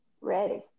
Ready